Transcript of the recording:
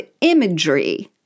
imagery